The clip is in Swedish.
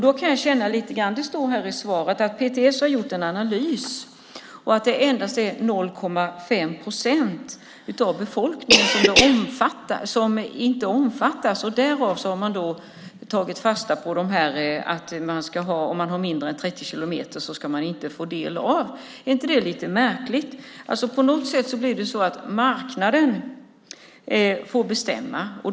Det sägs i svaret att PTS gjort en analys och att endast är 0,5 procent av befolkningen inte omfattas av upphandlingen. Utifrån detta har man tagit fasta på att om det handlar om mindre än 30 kilometer ska man inte få ta del av tjänsterna. Är det inte lite märkligt? Det blir på något sätt marknaden som får bestämma.